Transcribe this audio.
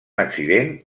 accident